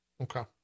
Okay